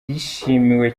yishimiwe